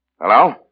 Hello